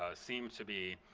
ah seem to be